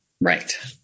Right